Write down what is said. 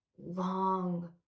long